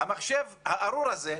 המחשב הארור הזה,